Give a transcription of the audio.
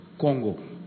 Congo